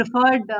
preferred